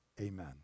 Amen